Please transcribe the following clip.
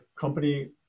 company